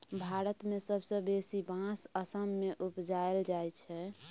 भारत मे सबसँ बेसी बाँस असम मे उपजाएल जाइ छै